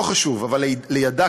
לא חשוב: אבל לידה,